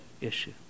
issue